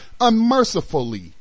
unmercifully